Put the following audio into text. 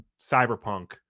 cyberpunk